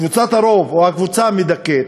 קבוצת הרוב או הקבוצה המדכאת,